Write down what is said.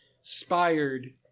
inspired